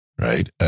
Right